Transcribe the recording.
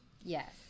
Yes